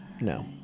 No